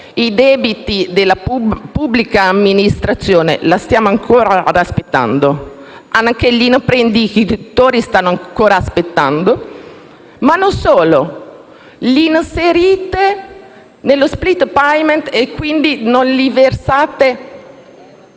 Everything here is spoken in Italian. i debiti della pubblica amministrazione». Stiamo ancora aspettando e anche gli imprenditori stanno ancora aspettando. Ma non solo: li inserite nello *split payment* e quindi non versate